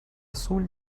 azul